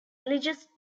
religious